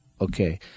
okay